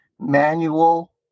manual